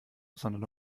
sondern